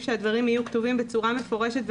שהדברים יהיו כתובים בצורה מפורשת וברורה,